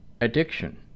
addiction